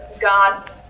God